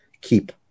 keep